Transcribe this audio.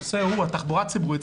הנושא הוא התחבורה הציבורית.